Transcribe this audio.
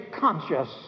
conscious